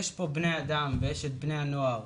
יש פה בני אדם ויש את בני הנוער.